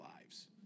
lives